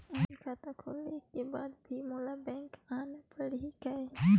Online खाता खोले के बाद भी मोला बैंक आना पड़ही काय?